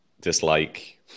dislike